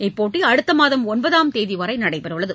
இப்போட்டிகள் அடுத்த மாதம் ஒன்பதாம் தேதிவரை நடைபெற உள்ளன